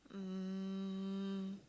um